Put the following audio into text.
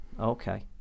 Okay